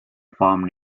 farm